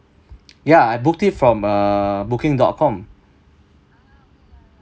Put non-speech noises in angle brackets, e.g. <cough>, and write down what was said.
<noise> ya I booked it from err booking dot com